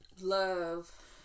love